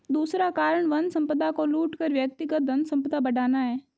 दूसरा कारण वन संपदा को लूट कर व्यक्तिगत धनसंपदा बढ़ाना है